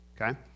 okay